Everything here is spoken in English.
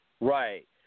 Right